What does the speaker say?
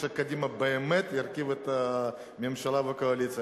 כשקדימה באמת תרכיב את הממשלה והקואליציה.